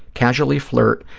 casually flirt,